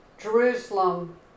Jerusalem